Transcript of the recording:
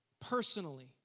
personally